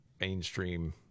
mainstream